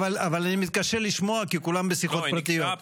אבל אני חייבת רק להגיד משהו אחד,